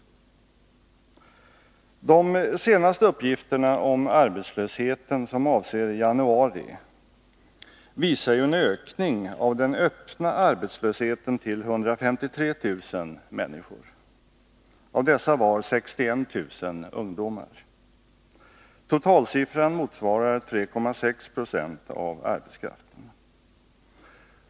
De senaste uppgifterna om arbetslösheten, som avser januari, visar ju en ökning av den öppna arbetslösheten till 153 000 människor. Av dessa var 61 000 ungdomar. Totalsiffran motsvarar 3,6 20 av arbetskraften.